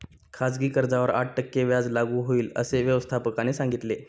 खाजगी कर्जावर आठ टक्के व्याज लागू होईल, असे व्यवस्थापकाने सांगितले